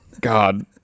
God